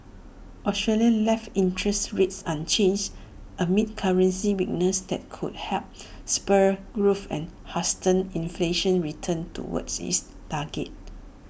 Australia left interest rates unchanged amid currency weakness that could help spur growth and hasten inflation's return toward its target